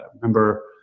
remember